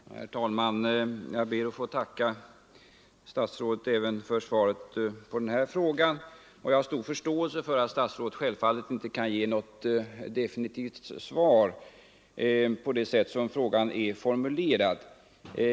Herr talman! Jag ber att få tacka statsrådet även för svaret på den här frågan, och jag har stor förståelse för att statsrådet självfallet inte kan ge något definitivt svar på frågan så som den är formulerad.